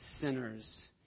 sinners